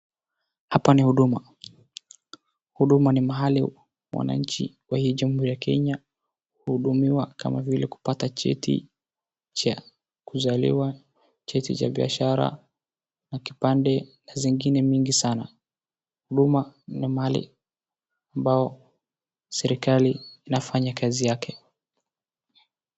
Hapa ni huduma. Huduma ni mahali wananchi kwa hii nchi ya Kenya uhudumiwa kama vile kupata cheti cha kuzaliwa, cheti cha biashara, na kipande na zingine mingi sana. Huduma ni mahali ambapo serikali inafanya kazi yake.